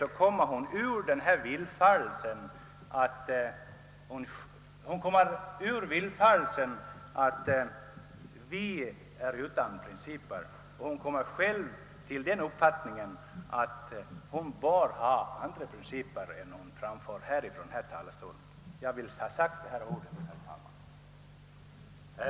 Då kan hon studera det så att hon kommer ur villfarelsen att vi är utan principer. Hon kanske rent av kommer fram till den uppfattningen att hon själv bör ha andra principer än dem hon framför från denna talarstol.